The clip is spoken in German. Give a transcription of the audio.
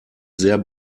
sehr